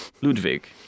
Ludwig